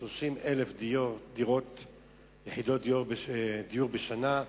30,000 יחידות דיור בשנה,